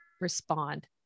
respond